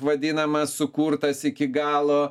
vadinamas sukurtas iki galo